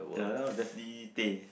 Defty Tay